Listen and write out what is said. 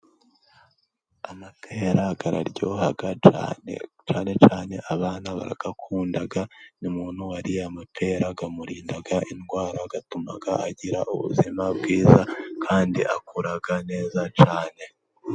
Amapera araryoha cyane, cyane cyane abana barayakunda, umuntu wariye amapera amurinda indwara atuma agira ubuzima bwiza kandi akura neza cyane.